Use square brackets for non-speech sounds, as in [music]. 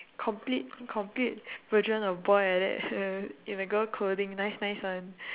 complete complete version of boy like that [laughs] in a girl clothing nice nice [one]